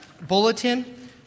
bulletin